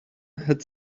had